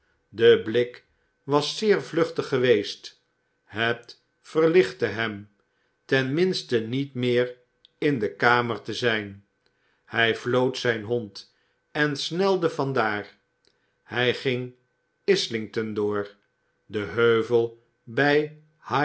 de blik was zeer vluchtig geweest het verlichtte hem tenminste niet meer in de kamer te zijn hij floot zijn hond en snelde van daar hij ging islington door den heuvel bij